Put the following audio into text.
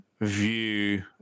view